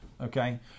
Okay